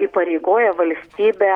įpareigoja valstybę